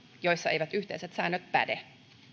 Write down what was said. joissa eivät yhteiset säännöt päde